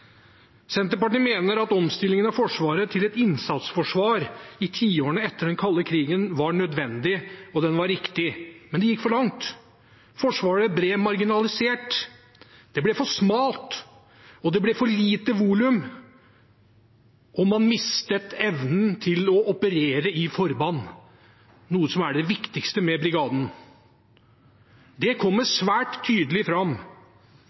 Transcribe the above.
Senterpartiet mener at omstillingen av Forsvaret til et innsatsforsvar i tiårene etter den kalde krigen var nødvendig, og den var riktig, men det gikk for langt. Forsvaret ble marginalisert, det ble for smalt, det ble for lite volum, og man mistet evnen til å operere i forband, noe som er det viktigste med Brigaden. Det kommer svært tydelig fram.